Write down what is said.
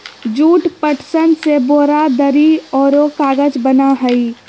jute, पटसन से बोरा, दरी औरो कागज बना हइ